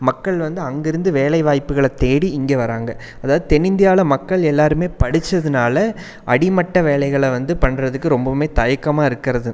மக்கள் வந்து அங்கேருந்து வேலை வாய்ப்புகளை தேடி இங்கே வராங்க அதாவது தென்னிந்தியாவில் மக்கள் எல்லாருமே படித்ததுனால அடிமட்ட வேலைகளை வந்து பண்ணுறதுக்கு ரொம்பவும் தயக்கமாருக்கிறது